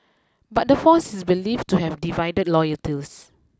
but the force is believed to have divided loyalties